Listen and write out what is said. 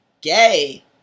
Gay